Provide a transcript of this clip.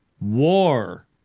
war